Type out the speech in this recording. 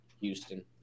Houston